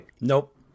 Nope